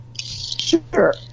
Sure